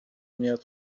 میاد